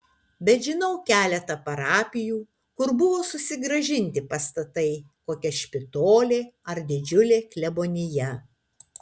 bet žinau keletą parapijų kur buvo susigrąžinti pastatai kokia špitolė ar didžiulė klebonija